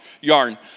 yarn